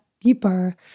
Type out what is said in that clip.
deeper